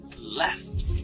left